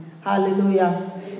Hallelujah